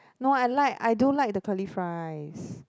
no I like I do like the curly fries